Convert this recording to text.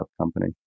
company